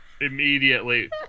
Immediately